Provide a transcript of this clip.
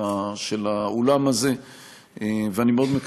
היא לא שייכת לצד כזה או אחר של האולם הזה.